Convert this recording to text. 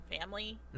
family